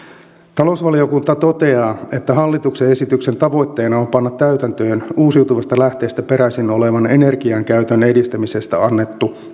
talousvaliokunta toteaa että hallituksen esityksen tavoitteena on on panna täytäntöön uusiutuvista lähteistä peräisin olevan energian käytön edistämisestä annettu